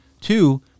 Two